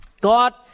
God